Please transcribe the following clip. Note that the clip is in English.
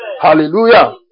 Hallelujah